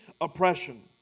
oppression